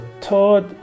third